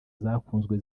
zakunzwe